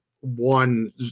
one